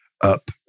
up